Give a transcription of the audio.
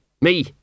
Me